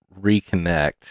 reconnect